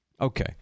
Okay